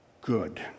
good